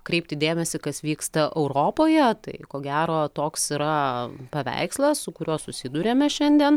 kreipti dėmesį kas vyksta europoje tai ko gero toks yra paveikslas su kuriuo susiduriame šiandien